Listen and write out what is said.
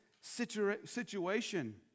situation